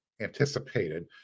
anticipated